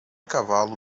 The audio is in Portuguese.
cavalo